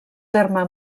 terme